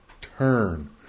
turn